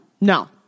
No